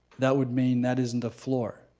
that would mean that isn't a floor,